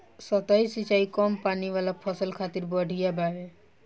सतही सिंचाई कम पानी वाला फसल खातिर बढ़िया बावे